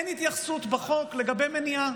אין התייחסות בחוק לגבי מניעה,